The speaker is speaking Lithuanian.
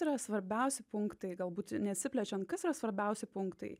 yra svarbiausi punktai galbūt nesiplečiant kas yra svarbiausi punktai